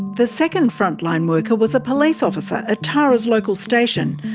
the second frontline worker was a police officer at tara's local station.